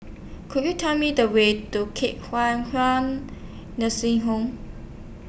Could YOU Tell Me The Way to Hua Kwan Nursing Home